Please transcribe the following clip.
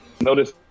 notice